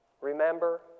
remember